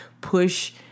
push